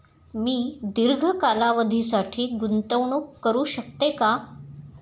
मी दीर्घ कालावधीसाठी गुंतवणूक करू शकते का?